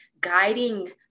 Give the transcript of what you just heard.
guiding